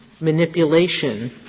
manipulation